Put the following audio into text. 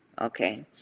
Okay